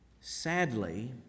sadly